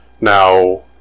Now